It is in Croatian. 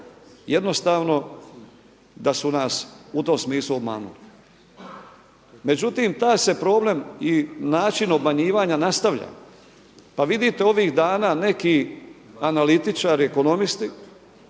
jednostavno da su nas u tom smislu obmanuli. Međutim taj se problem i način obmanjivanja nastavlja. Pa vidite ovih dana neki analitičari, ekonomski